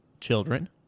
children